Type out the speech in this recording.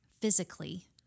physically